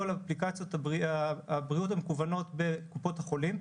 אפליקציות הבריאות המקוונות בקופות החולים,